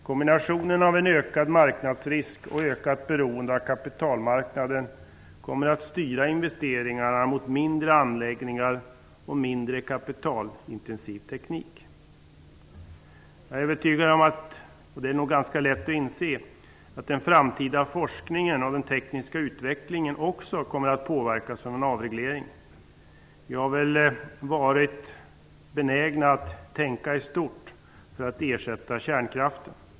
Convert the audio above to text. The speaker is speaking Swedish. Kombinationen av en ökad marknadsrisk och ett ökat beroende av kapitalmarknaden kommer att styra investeringarna mot mindre anläggningar och en mindre kapitalintensiv teknik. Jag är övertygad om, och det är nog ganska lätt att inse, att den framtida forskningen och den tekniska utvecklingen också kommer att påverkas av en avreglering. Vi har väl varit benägna att tänka i stort när det gäller att ersätta kärnkraften.